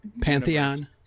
Pantheon